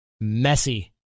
messy